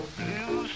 blue